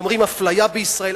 אומרים: אפליה בישראל,